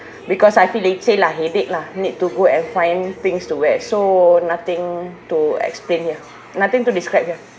because I feel leceh lah headache lah need to go and find things to wear so nothing to explain here nothing to describe here